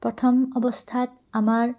প্ৰথম অৱস্থাত আমাৰ